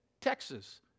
Texas